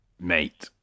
mate